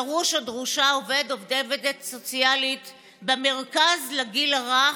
דרוש או דרושה עובד או עובדת סוציאלית במרכז לגיל הרך,